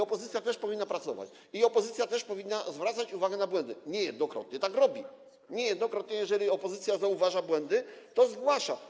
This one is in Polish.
Opozycja też powinna pracować, opozycja też powinna zwracać uwagę na błędy, niejednokrotnie tak robi, niejednokrotnie, jeżeli opozycja zauważa błędy, to je zgłasza.